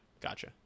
Gotcha